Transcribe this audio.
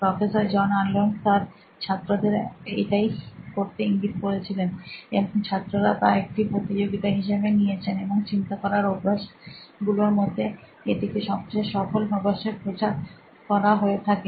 professor John Arnold তার ছাত্রদের এটাই করতে ইঙ্গিত করেছিলেন এবং ছাত্ররা তা একটি প্রতিযোগিতা হিসেবে নিয়েছেন এবং চিন্তা করার অভ্যাস গুলোর মধ্যে এটিকে সবচেয়ে সফল অভ্যাসে প্রচার করা হয়ে থাকে